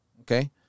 Okay